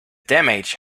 damage